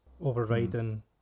overriding